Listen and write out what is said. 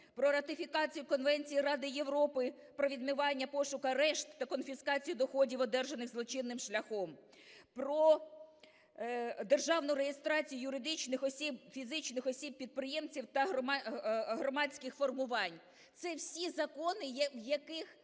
про ратифікацію Конвенції Ради Європи про відмивання, пошук, арешт та конфіскацію доходів, одержаних злочинним шляхом, про державну реєстрацію юридичних осіб, фізичних осіб-підприємців та громадських формувань. Це всі закони, в яких